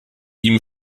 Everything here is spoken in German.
ihm